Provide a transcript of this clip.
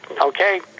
okay